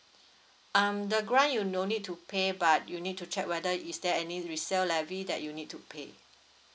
um the grant you no need to pay but you need to check whether is there any resell levy that you need to pay